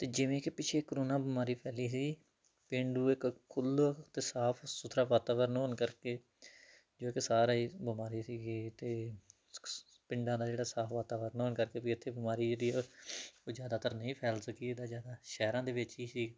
ਅਤੇ ਜਿਵੇਂ ਕੀ ਪਿੱਛੇ ਕਰੋਨਾ ਬਿਮਾਰੀ ਫੈਲੀ ਸੀ ਪੇਂਡੂ ਇੱਕ ਖੁੱਲ ਅਤੇ ਸਾਫ ਸੁਥਰਾ ਵਾਤਾਵਰਨ ਹੋਣ ਕਰਕੇ ਕਿਉਂਕਿ ਸਾਰਾ ਹੀ ਬਿਮਾਰੀ ਸੀਗੀ ਅਤੇ ਪਿੰਡਾਂ ਦਾ ਜਿਹੜਾ ਸਾਫ ਵਾਤਾਵਰਨ ਹੋਣ ਕਰਕੇ ਵੀ ਇੱਥੇ ਬਿਮਾਰੀ ਜਿਹੜੀ ਆ ਉਹ ਜ਼ਿਆਦਾਤਰ ਨਹੀਂ ਫੈਲ ਸਕੀ ਇਹਦਾ ਜ਼ਿਆਦਾ ਸ਼ਹਿਰਾਂ ਦੇ ਵਿੱਚ ਹੀ ਸੀ